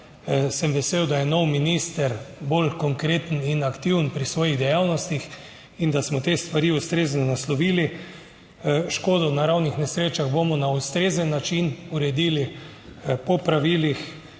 Sem vesel, da je nov minister bolj konkreten in aktiven pri svojih dejavnostih, in da smo te stvari ustrezno naslovili. Škodo v naravnih nesrečah bomo na ustrezen način uredili po pravilih.